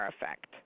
effect